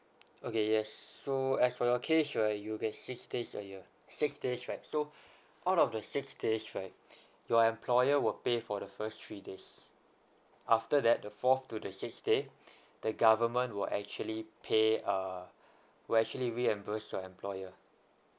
okay yes so as for your case right you get six days a year six days right so out of the six days right your employer will pay for the first three days after that the fourth to the sixth day the government will actually pay uh will actually reimburse your employer